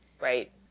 Right